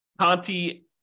Conti